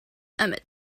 emmett